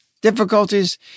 difficulties